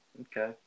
Okay